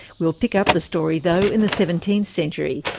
we'll pick up the story though, in the seventeenth century,